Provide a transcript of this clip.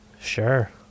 Sure